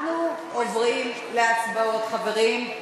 אנחנו עוברים להצבעות, חברים.